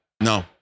No